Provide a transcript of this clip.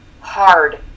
hard